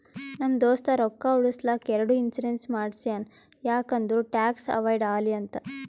ನಮ್ ದೋಸ್ತ ರೊಕ್ಕಾ ಉಳುಸ್ಲಕ್ ಎರಡು ಇನ್ಸೂರೆನ್ಸ್ ಮಾಡ್ಸ್ಯಾನ್ ಯಾಕ್ ಅಂದುರ್ ಟ್ಯಾಕ್ಸ್ ಅವೈಡ್ ಆಲಿ ಅಂತ್